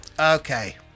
Okay